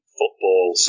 football